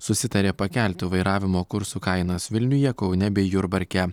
susitarė pakelti vairavimo kursų kainas vilniuje kaune bei jurbarke